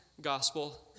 gospel